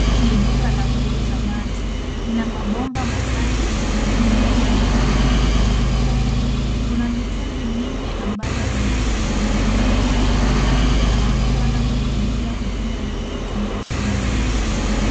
Hili ni duka la kuuza maji. Lina mabomba matatu, lakini moja ndilo inalotumika sahi. Kuna mitungi minne ambayo inachotelewa maji. Mwanamke anaonekana kulipia huduma hii kutumia simu yake.